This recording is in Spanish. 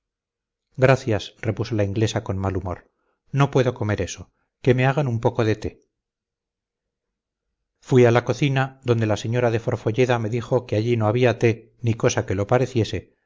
gracias repuso la inglesa con mal humor no puedo comer eso que me hagan un poco de té fui a la cocina donde la señora de forfolleda me dijo que allí no había té ni cosa que lo pareciese